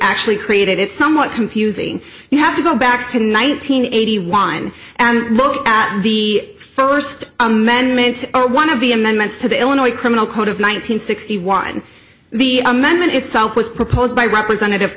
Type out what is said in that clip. actually created it's somewhat confusing you have to go back to nineteen eighty one and look at the first amendment or one of the amendments to the illinois criminal code of nine hundred sixty one the amendment itself was proposed by representative